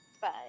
Bye